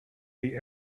the